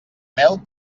mel